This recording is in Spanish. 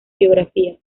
biografías